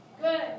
Good